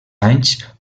anys